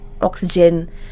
oxygen